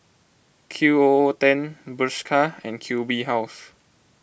Q O O ten Bershka and Q B House